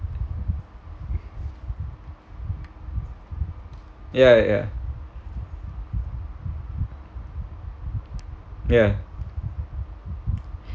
ya ya ya